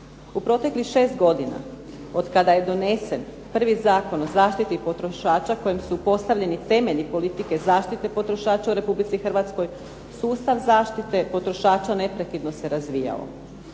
U proteklih 6 godina od kada je donesen prvi Zakon o zaštiti potrošača kojim su postavljeni temelji politike zaštite potrošača u Republici Hrvatskoj, sustav zaštite potrošača neprekidno se razvijao.